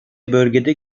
bölgede